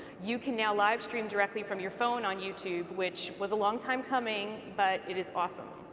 you can now livestream directly from your phone on youtube, which was a long time coming, but it is awesome.